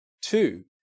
Two